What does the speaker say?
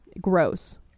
Gross